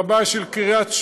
רבה של קריית-שמונה,